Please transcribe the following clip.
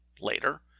Later